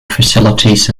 facilities